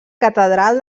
catedral